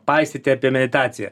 paisyti apie meditaciją